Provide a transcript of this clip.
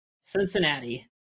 Cincinnati